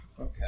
Okay